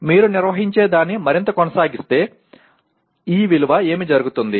మీరు నిర్వహించే దాన్ని మరింత కొనసాగిస్తే ఈ విలువ ఏమి జరుగుతుంది